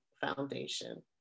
foundation